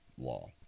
law